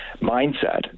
mindset